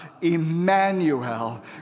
Emmanuel